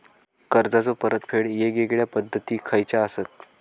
कर्जाचो परतफेड येगयेगल्या पद्धती खयच्या असात?